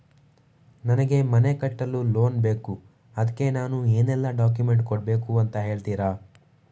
ನನಗೆ ಮನೆ ಕಟ್ಟಲು ಲೋನ್ ಬೇಕು ಅದ್ಕೆ ನಾನು ಏನೆಲ್ಲ ಡಾಕ್ಯುಮೆಂಟ್ ಕೊಡ್ಬೇಕು ಅಂತ ಹೇಳ್ತೀರಾ?